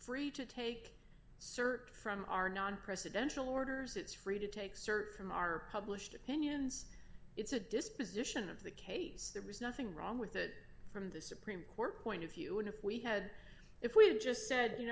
free to take cert from our non presidential orders it's free to take search from our published opinions it's a disposition of the case there was nothing wrong with it from the supreme court point of view and if we had if we just said you